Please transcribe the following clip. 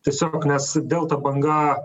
tiesiog nes delta banga